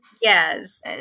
Yes